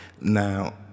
Now